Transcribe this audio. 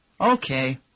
Okay